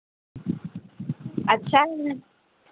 अच्छा है ना